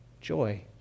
joy